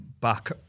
back